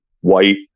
white